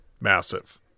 massive